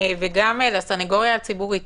וגם לסניגוריה הציבורית